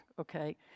okay